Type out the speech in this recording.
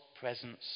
presence